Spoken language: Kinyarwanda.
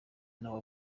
nawe